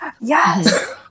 Yes